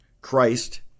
Christ